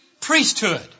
priesthood